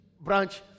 branch